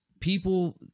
people